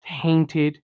tainted